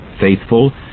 Faithful